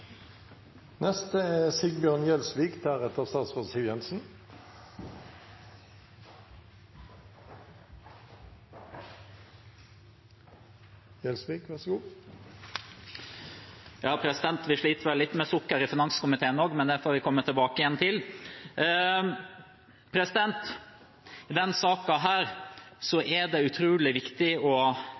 Vi sliter vel litt med sukker i finanskomiteen også, men det får vi komme tilbake til. I denne saken er det utrolig viktig også å